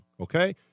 okay